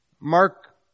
Mark